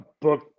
book